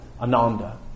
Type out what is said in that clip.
Ananda